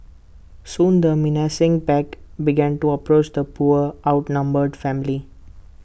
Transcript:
soon the menacing pack began to approach the poor outnumbered family